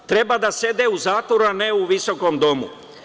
Treba da sede u zatvoru, a ne u visokom domu.